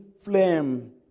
flame